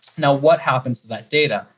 now what happens to that data?